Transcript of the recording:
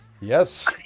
Yes